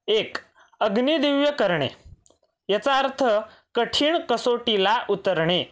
एक अग्नी दिव्य करणे याचा अर्थ कठीण कसोटीला उतरणे